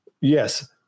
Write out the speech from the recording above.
Yes